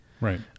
Right